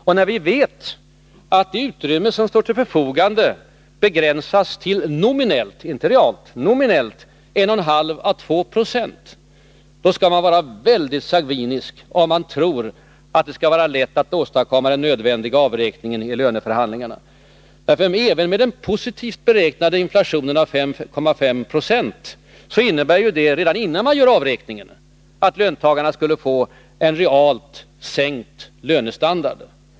Och när vi vet att det utrymme som nu står till förfogande begränsas till nominellt — inte realt — 1,5 å 2 20, då skall man vara väldigt sangvinisk om man tror att det skall bli lätt att åstadkomma den nödvändiga avräkningen i löneförhandlingarna. Även med den optimistiskt beräknade inflationen på 5,5 26 innebär ju detta, redan innan man gör avräkningen, att löntagarna skulle få en realt sänkt lönestandard.